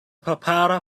prepara